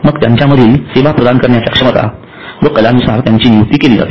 मग त्यांच्यामधील सेवा'प्रदान करण्याच्या क्षमता व कलानुसार त्यांची नियुक्ती केली जाते